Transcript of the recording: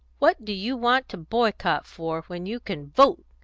what do you want to boycott for, when you can vote?